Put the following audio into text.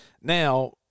Now